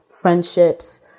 friendships